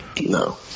No